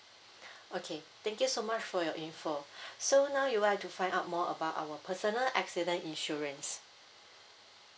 okay thank you so much for your info so now you would like to find out more about our personal accident insurance